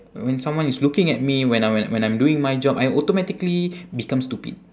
when someone is looking at me when I when I when I'm doing my job I automatically become stupid